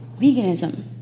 veganism